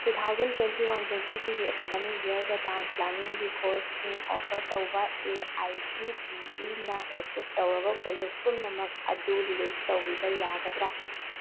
two thousand twenty one twenty ꯇꯨꯒꯤ academic ꯏꯌꯥꯔꯗ town ꯄ꯭ꯂꯥꯟꯅꯤꯡꯒꯤ ꯀꯣꯔꯁꯁꯤꯡ ꯑꯣꯐꯔ ꯇꯧꯕ ꯑꯦ ꯑꯥꯏ ꯁꯤ ꯇꯤ ꯏꯅ ꯑꯦꯄ꯭ꯔꯨꯞ ꯇꯧꯔꯕ ꯀꯣꯂꯦꯖ ꯄꯨꯝꯅꯃꯛ ꯑꯗꯨ ꯂꯤꯁ ꯇꯧꯕꯤꯕ ꯌꯥꯒꯗ꯭ꯔꯥ